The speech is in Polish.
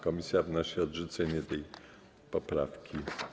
Komisja wnosi o odrzucenie tej poprawki.